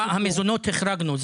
המזונות החרגנו.